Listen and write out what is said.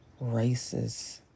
racist